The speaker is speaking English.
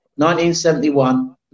1971